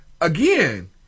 again